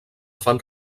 fan